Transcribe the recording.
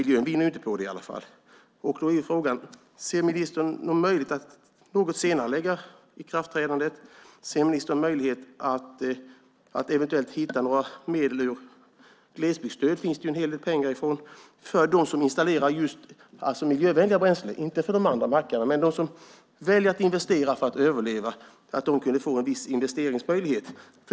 Därför vill jag fråga ministern - hon var lite svävande i sitt svar - om det finns någon möjlighet att något senarelägga ikraftträdandet. Ser ministern någon möjlighet till att eventuellt hitta några medel för dem som installerar miljövänliga bränslen, alltså inte för de andra mackarna utan för dem som väljer att investera för att överleva? Det finns ju en hel del pengar i form av glesbygdsstöd.